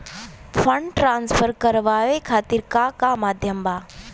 Fund transfer करवाये खातीर का का माध्यम बा?